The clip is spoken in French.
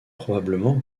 probablement